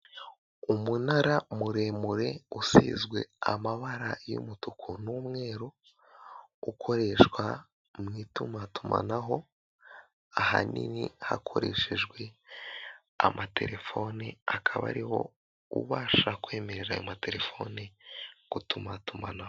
Umunara muremure usizwe amabara y'umutuku n'umweru ukoreshwa mu itumatumanaho ahanini hakoreshejwe amatelefoni akaba ariwo ubasha kwemerera ayo matelefone gutumatumanaho.